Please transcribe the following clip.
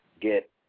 get